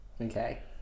Okay